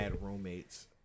roommates